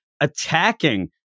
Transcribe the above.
attacking